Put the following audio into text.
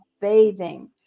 bathing